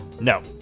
No